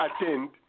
attend